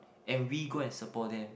and we go and support them